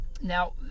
Now